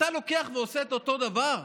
אתה לוקח ועושה את אותו דבר?